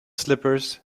slippers